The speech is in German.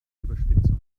überspitzung